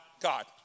God